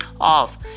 off